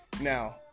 Now